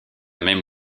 même